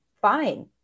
fine